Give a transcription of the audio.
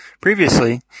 Previously